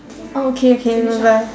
oh okay okay bye bye